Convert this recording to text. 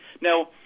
Now